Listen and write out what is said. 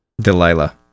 Delilah